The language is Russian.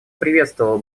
приветствовала